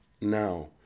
Now